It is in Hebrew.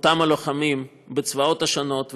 אותם לוחמים בצבאות השונים,